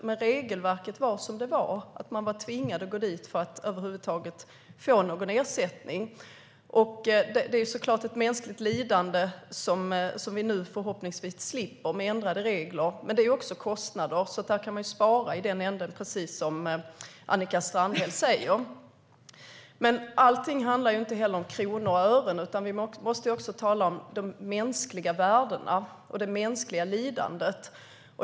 Men regelverket var som det var, och människor tvingades att gå dit för att över huvud taget få någon ersättning. Det är såklart ett mänskligt lidande som vi nu förhoppningsvis slipper med ändrade regler. Men det är också fråga om kostnader. Och i den ändan kan man spara, precis som Annika Strandhäll säger. Men allting handlar inte om kronor och ören, utan vi måste också tala om de mänskliga värdena och det mänskliga lidandet.